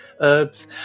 Herbs